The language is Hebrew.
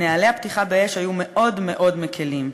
נוהלי הפתיחה באש היו מאוד מאוד מקלים.